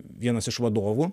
vienas iš vadovų